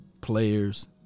players